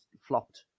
flopped